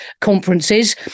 conferences